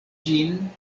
ĝin